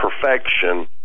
perfection